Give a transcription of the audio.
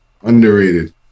Underrated